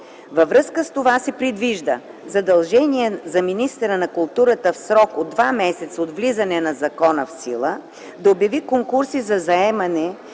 Във връзка с това се предвижда задължение за министъра на културата в срок от два месеца от влизането на закона в сила да обяви конкурси за заемане